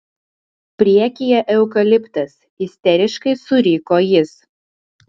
priekyje eukaliptas isteriškai suriko jis